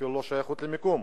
אפילו לא שייכות למיקום.